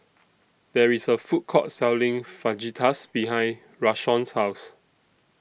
There IS A Food Court Selling Fajitas behind Rashawn's House